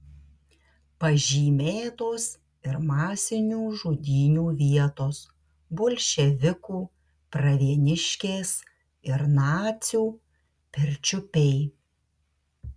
pažymėtos ir masinių žudynių vietos bolševikų pravieniškės ir nacių pirčiupiai